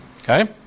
Okay